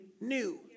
new